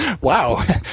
Wow